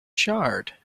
charred